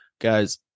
guys